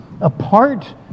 apart